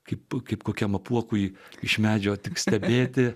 kaip kaip kokiam apuokui iš medžio tik stebėti